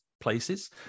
places